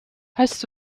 heißt